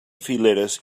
fileres